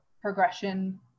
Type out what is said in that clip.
progression